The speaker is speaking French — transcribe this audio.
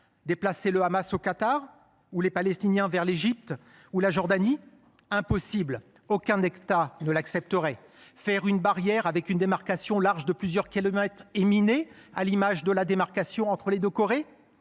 Déplacer le Hamas au Qatar ou les Palestiniens vers l’Égypte ou la Jordanie ? Impossible ! Aucun État ne l’accepterait. Faire une barrière avec une démarcation large de plusieurs kilomètres et minée, à l’image de la démarcation entre les deux Corées ?